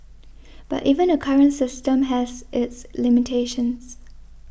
but even the current system has its limitations